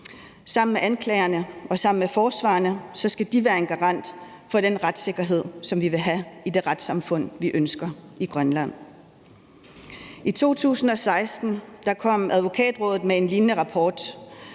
Sammen med anklagerne og sammen med forsvarerne skal de være en garant for den retssikkerhed, som vi vil have i det retssamfund, vi ønsker i Grønland. I 2016 kom Advokatrådet med en lignende rapport,